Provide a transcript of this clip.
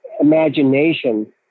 imagination